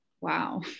Wow